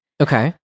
Okay